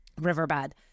riverbed